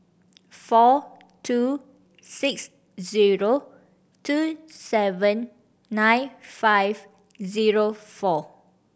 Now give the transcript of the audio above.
four two six zero two seven nine five zero four